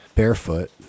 Barefoot